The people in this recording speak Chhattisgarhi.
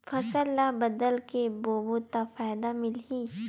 फसल ल बदल के बोबो त फ़ायदा मिलही?